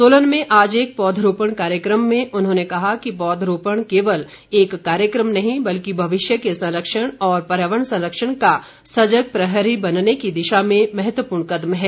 सोलन में आज एक पौधरोपण कार्यक्रम में उन्होंने कहा कि पौधरोपण केवल एक कार्यक्रम नहीं बल्कि भविष्य के संरक्षण और पर्यावरण संरक्षण का सजग प्रहरी बनने की दिशा में महत्वपूर्ण कदम है